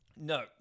No